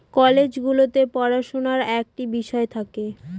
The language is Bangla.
কলেজ গুলোতে পড়াশুনার একটা বিষয় থাকে